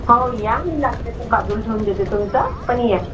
हो या मी लागले त बाजूला ठेऊन देते तुमचं पण या